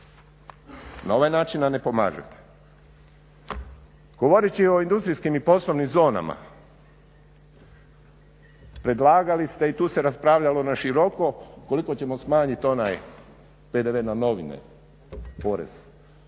Na ovaj način nam ne pomažete. Govoreći o industrijskim i poslovnim zonama predlagali ste i tu se raspravljalo na široko koliko ćemo smanjiti onaj PDV na novine, porez